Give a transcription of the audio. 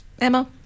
Emma